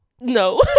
No